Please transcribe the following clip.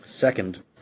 Second